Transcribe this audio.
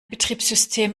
betriebssystem